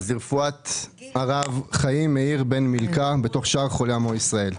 לרפואת הרב חיים מאיר בן מילכה בתוך שאר חולי עמו ישראל.